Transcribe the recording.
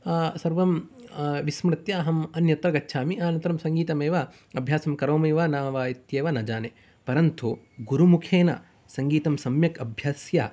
सर्वं विस्मृत्य अहम् अन्यत्र गच्छामि अनन्तरं संगीतमेव अभ्यासं करोमि वा न वा इत्येव न जाने परन्तु गुरुमुखेन सङ्गीतं सम्यक् अभ्यस्य